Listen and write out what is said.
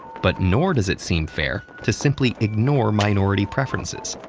but nor does it seem fair to simply ignore minority preferences,